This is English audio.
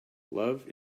love